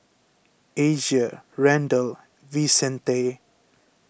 Asia Randall Vicente